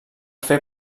fer